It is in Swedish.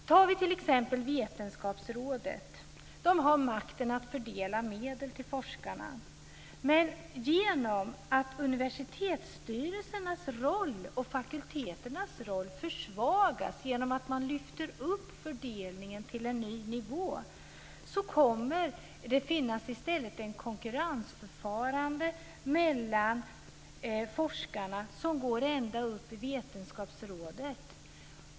Vi kan t.ex. ta Vetenskapsrådet. Det har makten att fördela medel till forskarna. Men universitetsstyrelsernas och fakulteternas roll försvagas genom att man lyfter upp fördelningen till en ny nivå. Då kommer det i stället att finnas ett konkurrensförfarande mellan forskarna som går ända upp i Vetenskapsrådet.